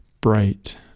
bright